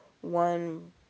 one